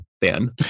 fan